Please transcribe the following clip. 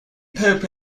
pope